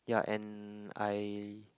ya and I